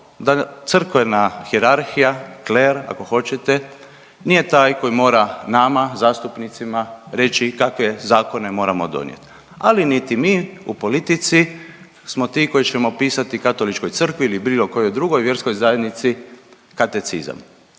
da crkvena hijerarhija kler ako hoćete nije taj koji mora nama zastupnicima reći kakve zakone moramo donijeti, ali niti mi u politici smo ti koji ćemo pisati Katoličkoj crkvi ili bilo kojoj drugoj vjerskoj zajednici katecizam.